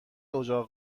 اجاق